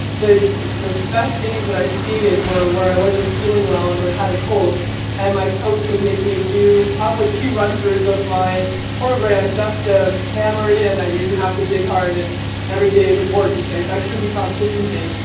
the the best days that i skated were where i wasn't feeling well and i had a cold and my coach would make me do probably to run throughs of my program just to hammer it in that you have to dig hard and every day is important, saying that could be competition day.